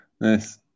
Nice